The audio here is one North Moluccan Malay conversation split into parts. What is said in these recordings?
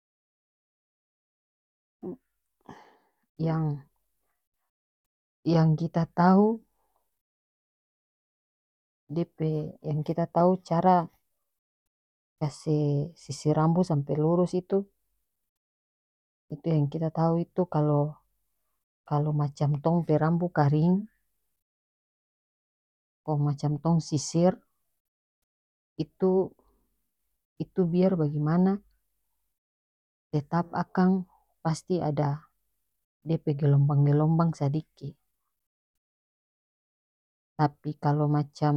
yang-yang kita tau dia pe yang kita tau cara kase sisir rambu sampe lurus itu itu yang kita tau itu kalo kalo macam tong pe rambu karing kong macam tong sisir itu itu biar bagimana tetap akang pasti ada dia pe gelombang gelombang sadiki tapi kalo macam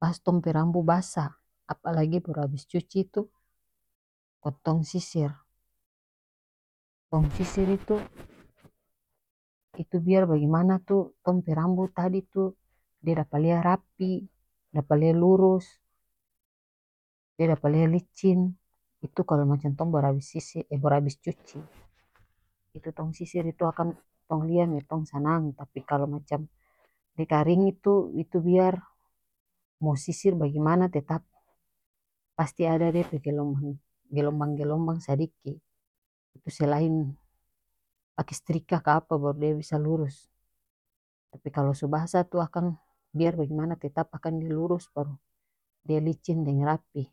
pas tong pe rambu basah apalagi baru abis cuci itu kong tong sisir tong sisir itu itu biar bagimana tu tong pe rambu tadi tu dia dapa lia rapih dapa lia lurus dia dapa lia licin itu kalo macam tong baru abis sisir baru abis cuci itu tong sisir itu akan tong lia me tong sanang tapi kalo macam dia karing itu itu biar mo sisir bagimana tetap pasti ada dia pe gelombang gelombang gelombang sadiki selain pake strika kapa baru dia bisa lurus tapi kalo so basah tu akang biar bagimana tetap akang dia lurus baru dia licin deng rapih.